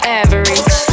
average